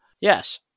Yes